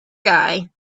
guy